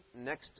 next